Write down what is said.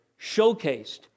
showcased